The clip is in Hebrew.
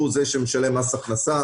הוא זה שמשלם מס הכנסה,